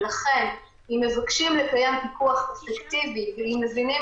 ולכן אם מבקשים לקיים פיקוח אפקטיבי ואם מבינים